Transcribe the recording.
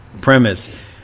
premise